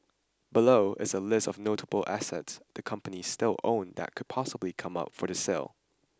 below is a list of notable assets the companies still own that could possibly come up for the sale